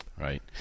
Right